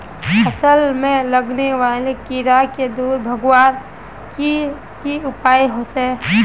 फसल में लगने वाले कीड़ा क दूर भगवार की की उपाय होचे?